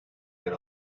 yer